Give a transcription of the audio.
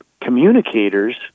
communicators